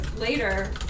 later